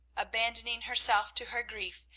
abandoning herself to her grief,